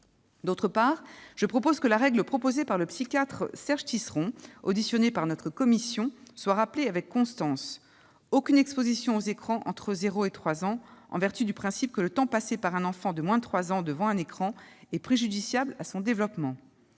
Je propose également que la règle énoncée par le psychiatre Serge Tisseron, auditionné par notre commission, soit rappelée avec constance : aucune exposition aux écrans entre zéro et trois ans, en vertu du principe que le temps passé par un enfant de moins de trois ans devant un écran est préjudiciable à son développement